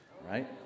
Right